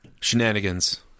Shenanigans